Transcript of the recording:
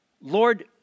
Lord